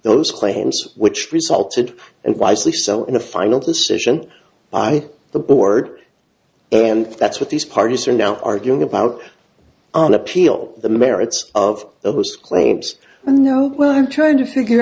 those claims which resulted and wisely so in the final decision by the board and that's what these parties are now arguing about an appeal the merits of those claims and no where i'm trying to figure